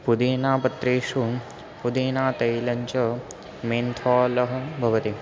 पुदीनापत्रेषु पुदीनातैलञ्च मेन्थालः भवति